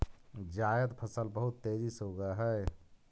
जायद फसल बहुत तेजी से उगअ हई